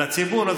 לציבור?